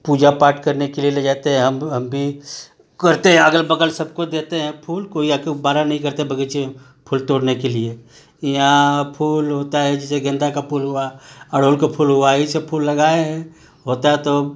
पूजा पाठ करने के लिए ले जाते हैं हम हम भी करते हैं अगल बगल सबको देते हैं फूल कोई आ कर बाधा नही करता बगीचे फूल तोड़ने के लिए यहाँ फूल होता है जैसे गेंदा का फूल हुआ अरहुल का फूल हुआ यही सब फूल लगाए हैं होता तो